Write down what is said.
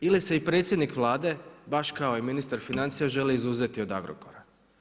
Ili se i predsjednik Vlade baš kao i ministar financija želi izuzeti od Agrokora.